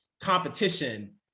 competition